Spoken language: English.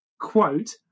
quote